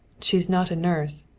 she's not a nurse.